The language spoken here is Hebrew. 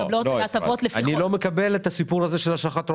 אני לא מקבל את הסיפור של השלכות רוחב,